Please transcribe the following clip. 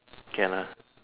can lah